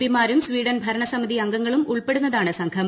P മാരും Sweden ഭരണസമിതി അംഗങ്ങളും ഉൾപ്പെടുന്നതാണ് സംഘം